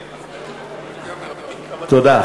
תודה.